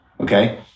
Okay